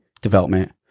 development